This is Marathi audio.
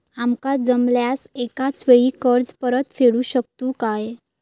आमका जमल्यास एकाच वेळी कर्ज परत फेडू शकतू काय?